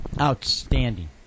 Outstanding